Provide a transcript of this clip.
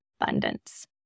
abundance